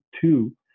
two